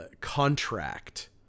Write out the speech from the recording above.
contract